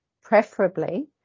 preferably